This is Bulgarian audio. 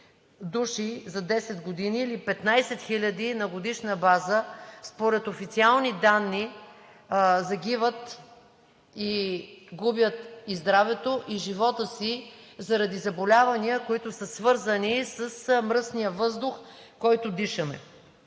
души за 10 години, или 15 000 на годишна база според официални данни, загиват и губят и здравето, и живота си заради заболявания, които са свързани с мръсния въздух, който дишаме.